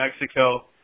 Mexico